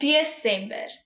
December